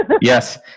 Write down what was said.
Yes